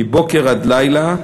מבוקר עד לילה,